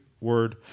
word